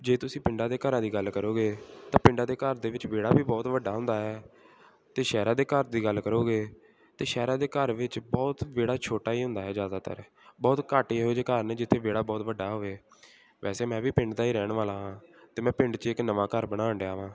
ਜੇ ਤੁਸੀਂ ਪਿੰਡਾਂ ਦੇ ਘਰਾਂ ਦੀ ਗੱਲ ਕਰੋਗੇ ਤਾਂ ਪਿੰਡਾਂ ਦੇ ਘਰ ਵਿੱਚ ਵਿਹੜਾ ਵੀ ਬਹੁਤ ਵੱਡਾ ਹੁੰਦਾ ਹੈ ਅਤੇ ਸ਼ਹਿਰਾਂ ਦੇ ਘਰ ਦੀ ਗੱਲ ਕਰੋਗੇ ਤਾਂ ਸ਼ਹਿਰਾਂ ਦੇ ਘਰ ਵਿੱਚ ਬਹੁਤ ਵਿਹੜਾ ਛੋਟਾ ਹੀ ਹੁੰਦਾ ਹੈ ਜ਼ਿਆਦਾਤਰ ਬਹੁਤ ਘੱਟ ਇਹੋ ਜਿਹੇ ਘਰ ਨੇ ਜਿੱਥੇ ਵਿਹੜਾ ਬਹੁਤ ਵੱਡਾ ਹੋਵੇ ਵੈਸੇ ਮੈਂ ਵੀ ਪਿੰਡ ਦਾ ਹੀ ਰਹਿਣ ਵਾਲਾ ਹਾਂ ਅਤੇ ਮੈਂ ਪਿੰਡ 'ਚ ਇੱਕ ਨਵਾਂ ਘਰ ਬਣਾਉਣ ਡਿਆ ਹਾਂ